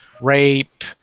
rape